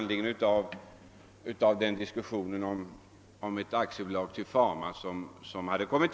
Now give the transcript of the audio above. Frågan ställdes med anledning av diskussionen om tillkomsten av AB Tufama.